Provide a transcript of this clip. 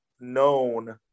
known